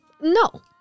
No